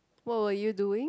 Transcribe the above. what will you doing